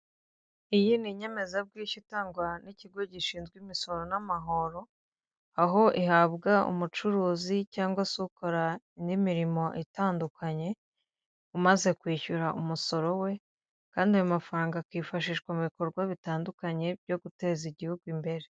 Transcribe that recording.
Iyi ni inyemezabwishyu itangwa n'ikigo gishinzwe imisoro n'amahoro, aho ihabwa umucuruzi cyangwa se ukora indi mirimo itandukanye, umaze kwishyura umusoro we kandi ayo mafaranga akifashishwa mu bikorwa bitandukanye byo guteza igihugu imbere.